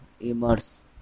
Immerse